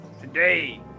Today